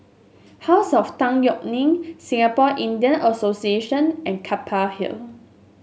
House of Tan Yeok Nee Singapore Indian Association and Keppel Hill